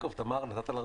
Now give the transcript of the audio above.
חברת הכנסת תמר זנדברג.